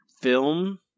film